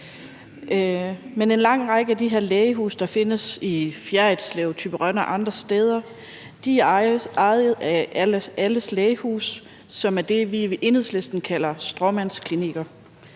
Men en lang række af de her lægehuse, der findes i Fjerritslev, i Thyborøn og andre steder, ejes af alles Lægehus, som er det, vi i Enhedslisten kalder stråmandsklinikker.